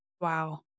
Wow